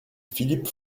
philippe